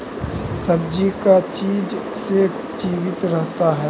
सब्जी का चीज से जीवित रहता है?